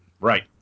Right